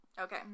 Okay